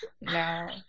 No